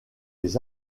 les